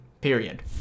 period